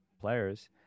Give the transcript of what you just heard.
players